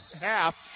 half